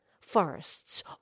Forests